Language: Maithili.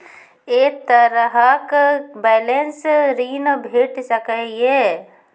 ऐ तरहक बैंकोसऽ ॠण भेट सकै ये?